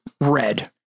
red